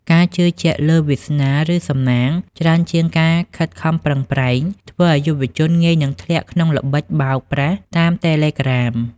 ការជឿជាក់លើ "វាសនា" ឬ "សំណាង" ច្រើនជាងការខិតខំប្រឹងប្រែង ធ្វើឱ្យយុវជនងាយនឹងធ្លាក់ក្នុងល្បិចបោកប្រាស់តាមតេឡេក្រាម